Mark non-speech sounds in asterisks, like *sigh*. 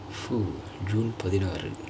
*noise* june பதினாறு:pathinaaru